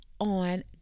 on